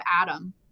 Adam